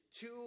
two